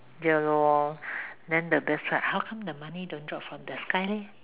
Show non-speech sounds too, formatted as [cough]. ya lor then the best part how come the money don't drop from the sky leh [laughs]